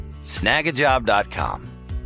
Snagajob.com